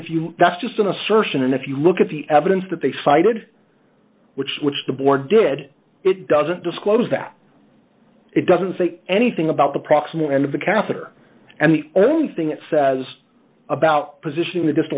if you that's just an assertion and if you look at the evidence that they cited which which the board did it doesn't disclose that it doesn't say anything about the proximate end of the character and the only thing it says about positioning th